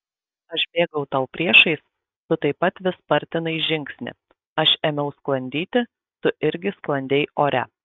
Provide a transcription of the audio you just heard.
aš bėgau tau priešais tu taip pat vis spartinai žingsnį aš ėmiau sklandyti tu irgi sklandei ore